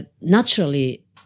naturally